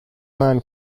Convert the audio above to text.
man